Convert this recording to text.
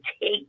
take